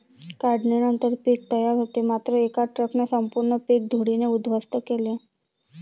काढणीनंतर पीक तयार होते मात्र एका ट्रकने संपूर्ण पीक धुळीने उद्ध्वस्त केले